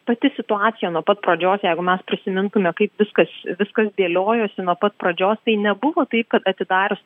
pati situacija nuo pat pradžios jeigu mes prisimintume kaip viskas viskas dėliojosi nuo pat pradžios tai nebuvo taip kad atidarius